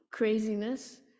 craziness